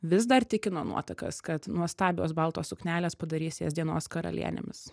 vis dar tikino nuotakas kad nuostabios baltos suknelės padarys jas dienos karalienėmis